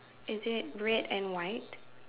is it red and white